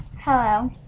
Hello